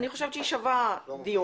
אני חושבת שהיא שווה דיון.